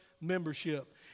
membership